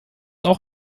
auch